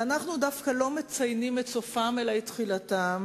ואנחנו דווקא לא מציינים את סופם, אלא את תחילתם,